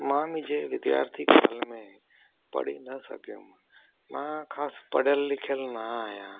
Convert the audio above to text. मां मुंहिंजे विद्दयार्थी साल में पढ़ी न सघियमि मां ख़ासि पढ़ियलु लिखियलु न आहियां